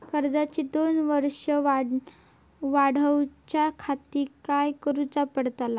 कर्जाची दोन वर्सा वाढवच्याखाती काय करुचा पडताला?